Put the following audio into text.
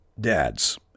Dads